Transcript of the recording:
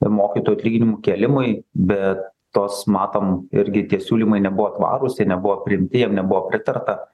mokytojų atlyginimų kėlimui bet tos matom irgi tie siūlymai nebuvo tvarūs jie nebuvo priimti jiem nebuvo pritarta